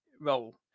roll